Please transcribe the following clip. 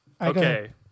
Okay